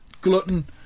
Glutton